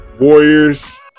Warriors